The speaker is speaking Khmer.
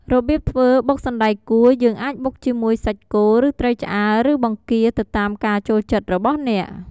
របៀបធ្វើបុកសណ្ដែកគួរ យើងអាចបុកជាមួយ សាច់គោ ឬ ត្រីឆ្អើរ ឬ បង្គា ទៅតាមការចូលចិត្តរបស់អ្នក។